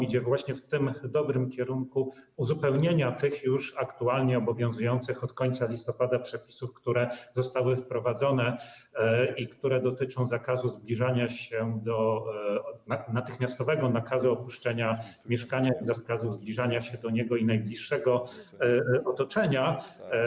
Idzie już właśnie w tym dobrym kierunku uzupełnienia tych aktualnie obowiązujących od końca listopada przepisów, które zostały wprowadzone i które dotyczą natychmiastowego nakazu opuszczenia mieszkania i zakazu zbliżania się do niego i najbliższego otoczenia.